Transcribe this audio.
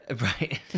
Right